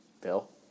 Bill